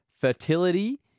fertility